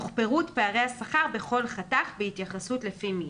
תוך פירוט פערי השכר בכל חתך בהתייחסות לפי מין.